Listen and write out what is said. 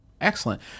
Excellent